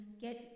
get